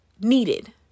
needed